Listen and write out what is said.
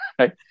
right